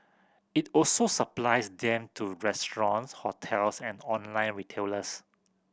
it also supplies them to restaurants hotels and online retailers